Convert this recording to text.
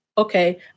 Okay